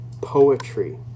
poetry